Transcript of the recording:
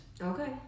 Okay